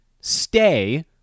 stay